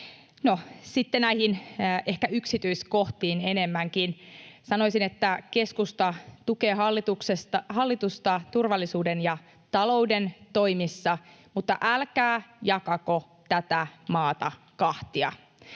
sitten näihin yksityiskohtiin ehkä enemmänkin. Sanoisin, että keskusta tukee hallitusta turvallisuuden ja talouden toimissa, mutta älkää jakako tätä maata kahtia.